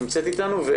נמצאת איתנו?